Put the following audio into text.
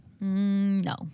No